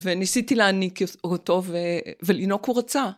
וניסיתי להניק אותו, ולינוק הוא רצה.